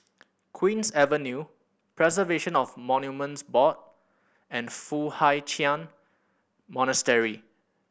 Queen's Avenue Preservation of Monuments Board and Foo Hai Ch'an Monastery